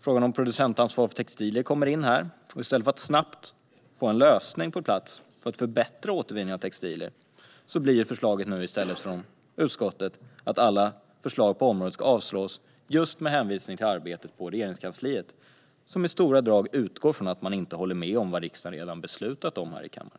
Frågan om producentansvar för textilier kommer in här. I stället för att snabbt få en lösning på plats för att förbättra återvinningen av textilier blir förslaget från utskottet nu att alla förslag på området ska avslås just med hänvisning till arbetet på Regeringskansliet, och detta arbete utgår i stora drag från att man inte håller med om vad riksdagen redan har beslutat om här i kammaren.